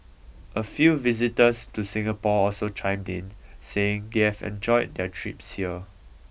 a few visitors to Singapore also chimed in saying they've enjoyed their trips here